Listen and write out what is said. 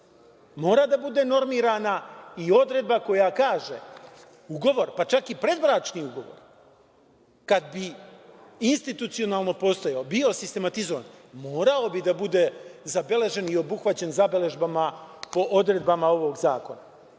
Mora da bude normirana i odredba koja kaže – ugovor, pa čak i predbračni ugovor kada bi institucionalno postojao, bio sistematizovan, morao bi da bude zabeležen i obuhvaćen zabležbama po odredbama ovog zakona.O